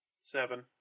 Seven